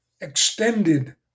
extended